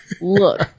Look